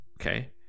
Okay